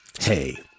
Hey